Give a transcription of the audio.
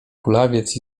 kulawiec